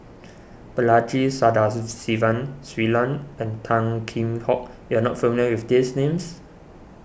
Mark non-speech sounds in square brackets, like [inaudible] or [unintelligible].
Balaji [unintelligible] Shui Lan and Tan Kheam Hock you are not familiar with these names